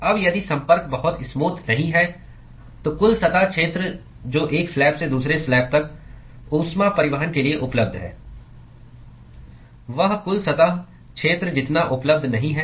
अब यदि संपर्क बहुत स्मूथ नहीं है तो कुल सतह क्षेत्र जो एक स्लैब से दूसरे स्लैब तक ऊष्मा परिवहन के लिए उपलब्ध है वह कुल सतह क्षेत्र जितना उपलब्ध नहीं है